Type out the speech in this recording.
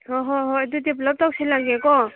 ꯍꯣꯏ ꯍꯣꯏ ꯍꯣꯏ ꯑꯗꯨꯗꯤ ꯄꯨꯂꯞ ꯇꯧꯁꯤꯜꯂꯒꯦꯀꯣ